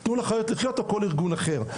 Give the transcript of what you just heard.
תנו לחיות לחיות או כל ארגון אחר.